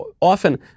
often